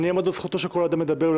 אעמוד על זכותו של כל אדם לדבר,